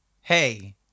Hey